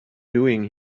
doing